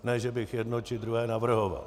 Ne že bych jedno či druhé navrhoval.